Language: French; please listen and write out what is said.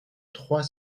trois